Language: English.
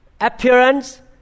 appearance